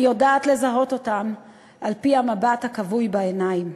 אני יודעת לזהות אותם על-פי המבט הכבוי בעיניים.